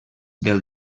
del